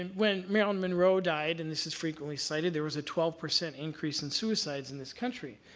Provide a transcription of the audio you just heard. and when marilyn monroe died, and this is frequently cited, there was a twelve percent increase in suicides in this country.